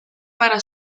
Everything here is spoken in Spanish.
para